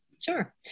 Sure